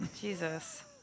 Jesus